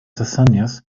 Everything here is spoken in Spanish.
hazañas